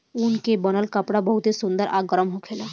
ऊन के बनल कपड़ा बहुते सुंदर आ गरम होखेला